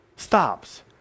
Stops